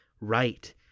right